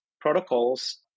protocols